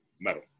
metal